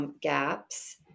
Gaps